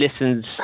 listens